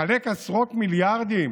לחלק עשרות מיליארדים